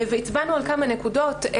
הצבענו על כמה נקודות.